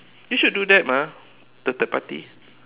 you should do that mah the third party